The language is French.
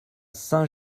saint